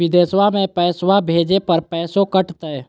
बिदेशवा मे पैसवा भेजे पर पैसों कट तय?